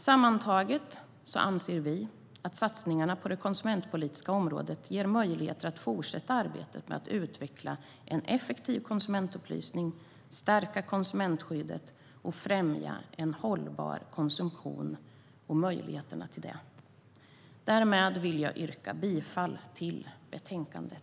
Sammantaget anser vi att satsningarna på det konsumentpolitiska området ger möjligheter att fortsätta arbetet med att utveckla en effektiv konsumentupplysning, stärka konsumentskyddet samt främja en hållbar konsumtion och möjligheterna till det. Därmed yrkar jag bifall till förslaget i betänkandet.